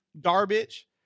garbage